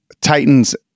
Titans